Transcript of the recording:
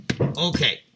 Okay